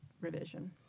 revision